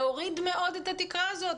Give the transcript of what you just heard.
להוריד מאוד את התקרה הזאת.